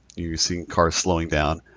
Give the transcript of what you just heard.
you're seeing cars slowing down,